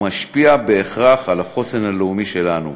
ומשפיע בהכרח על החוסן הלאומי שלנו.